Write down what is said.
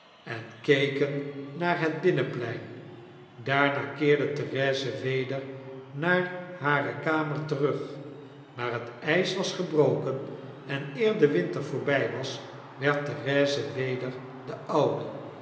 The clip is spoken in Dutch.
en keken naar het binnenplein daarna eerde therese weder naar hare kamer terug maar het ys was gebroken en eer de winter voorby was werd therese weder de oude